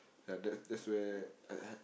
ya that's that's where I had